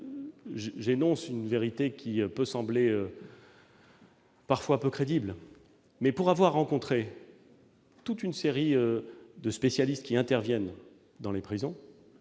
j'énonce une vérité qui peut sembler parfois peu crédible. Toutefois, pour avoir rencontré toute une série de spécialistes intervenant dans les prisons,